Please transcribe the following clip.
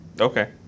Okay